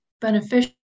beneficial